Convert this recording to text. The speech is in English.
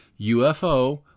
UFO